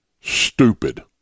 Stupid